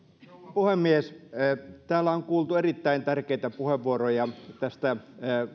puhemies täällä on kuultu erittäin tärkeitä puheenvuoroja tästä